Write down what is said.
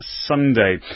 Sunday